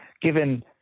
given –